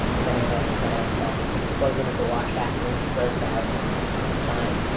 does anyone ever point out that that the closing of the watch factory froze the houses in in time?